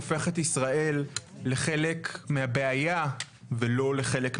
הופך את ישראל לחלק מהבעיה ולא לחלק מהפתרון.